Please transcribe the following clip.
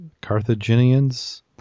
Carthaginians